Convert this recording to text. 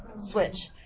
switch